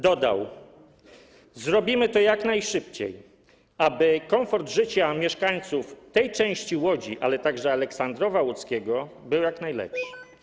Dodał: Zrobimy to jak najszybciej, aby komfort życia mieszkańców tej części Łodzi, ale także Aleksandrowa Łódzkiego, był jak najlepszy.